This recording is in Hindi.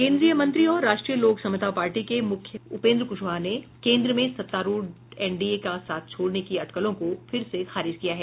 केन्द्रीय मंत्री और राष्ट्रीय लोक समता पार्टी के प्रमुख उपेन्द्र कुशवाहा ने केन्द्र में सत्तारूढ़ एनडीए का साथ छोड़ने की अटकलों को फिर से खारिज किया है